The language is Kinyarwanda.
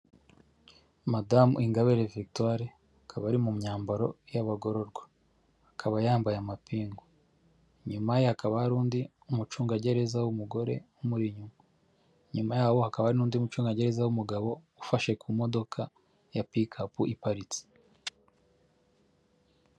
Madamu Ingabire Victoire akaba ari mu myambaro y'abagororwa, akaba yambaye amapingu. Nyuma ye hakaba hari undi mucungagereza w'umugore umuri nyuma, nyuma yabo hakaba hari n'undi mucungagereza w'umugabo ufashe ku modoka ya pikapu iparitse.